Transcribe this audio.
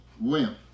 wimp